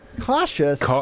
Cautious